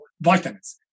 vitamins